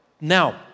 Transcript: Now